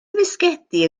fisgedi